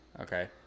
Okay